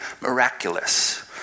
miraculous